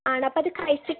ആണോ അപ്പോൾ അത് കഴിച്ച്